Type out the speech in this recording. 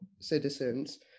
citizens